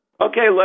Okay